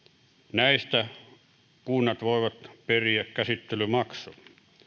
näistä kunnat voivat periä käsittelymaksun